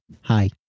Hi